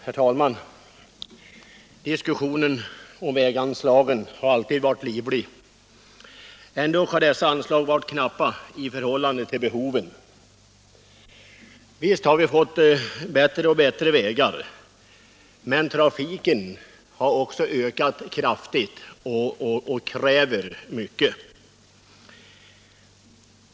Herr talman! Diskussionen om väganslagen har alltid varit livlig. Ändå har dessa anslag varit knappa i förhållande till behoven. Visst har vi fått bättre och bättre vägar. Men trafiken har också ökat kraftigt och kräver mycket.